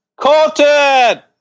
Colton